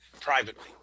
privately